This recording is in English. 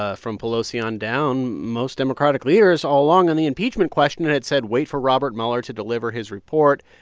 ah from pelosi on down, most democratic leaders all along on the impeachment question and had said, wait for robert mueller to deliver his report.